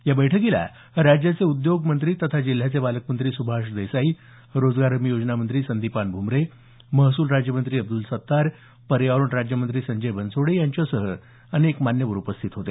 या बैठकीला राज्याचे उद्योग मंत्री तथा जिल्ह्याचे पालकमंत्री सुभाष देसाई रोजगार हमी योजना मंत्री संदिपान भूमरे महसूल राज्यमंत्री अब्दुल सत्तार पर्यावरण राज्यमंत्री संजय बनसोडे यांच्यासह अनेक मान्यवर उपस्थित होते